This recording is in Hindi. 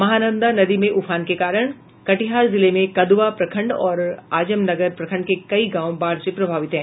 महानंदा नदी में उफान के कारण कटिहार जिले में कदवा प्रखंड और आजमनगर प्रखंड के कई गांव बाढ़ से प्रभावित हैं